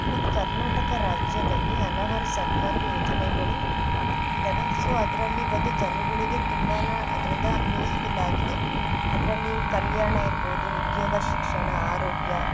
ನಮ್ಮ ಕರ್ನಾಟಕ ರಾಜ್ಯದಲ್ಲಿ ಹಲವಾರು ಸರ್ಕಾರಿ ಯೋಜನೆಗಳು ಇದ್ದಾವೆ ಸೊ ಅದರಲ್ಲಿ ಬಂದು ಜನಗಳಿಗೆ ತುಂಬಾ ಅದರಿಂದ ಯೂಸ್ಫುಲ್ ಆಗಿದೆ ಅದರಲ್ಲಿ ಕಲ್ಯಾಣ ಇರ್ಬೋದು ಉದ್ಯೋಗ ಶಿಕ್ಷಣ ಆರೋಗ್ಯ